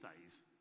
days